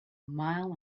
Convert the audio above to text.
mile